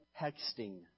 texting